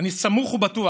אני סמוך ובטוח